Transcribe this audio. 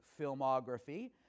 filmography